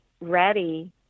ready